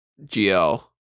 GL